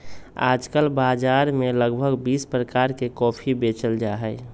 आजकल बाजार में लगभग बीस प्रकार के कॉफी बेचल जाहई